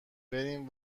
بریم